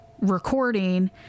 recording